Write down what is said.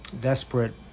desperate